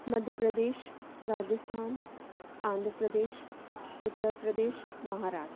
Madhya Pradesh Rajasthan Andhra Pradesh Uttar Pradesh Maharashtra